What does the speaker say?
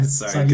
Sorry